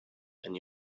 and